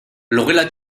logela